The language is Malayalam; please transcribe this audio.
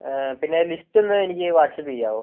പിന്നെ ലിസ്റ്റ് ഒന്ന് എനിക്ക് വാട്ട്സ്ആപ്പ് ചെയ്യാവോ